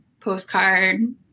postcard